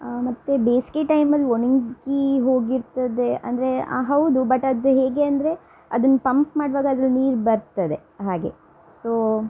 ಮತ್ತು ಬೇಸಿಗೆ ಟೈಮಲ್ಲಿ ಒಣಗಿ ಹೋಗಿರ್ತದೆ ಅಂದರೆ ಹೌದು ಬಟ್ ಅದು ಹೇಗೆ ಅಂದರೆ ಅದನ್ನು ಪಂಪ್ ಮಾಡುವಾಗ ಅದ್ರಲ್ಲಿ ನೀರು ಬರ್ತದೆ ಹಾಗೆ ಸೋ